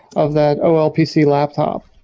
of that olpc laptop.